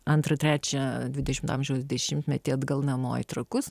antrą trečią dvidešimto amžiaus dešimtmetį atgal namo į trakus